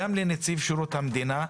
גם לנציב שירות המדינה.